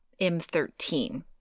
M13